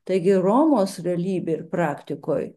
taigi romos realybėj ir praktikoj